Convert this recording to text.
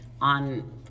on